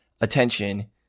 attention